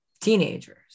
teenagers